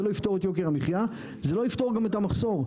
זה לא יפתור את יוקר המחיה וזה לא יפתור גם את המחסור.